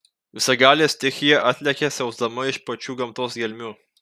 visagalė stichija atlekia siausdama iš pačių gamtos gelmių